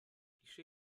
i̇şe